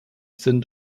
sind